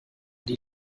die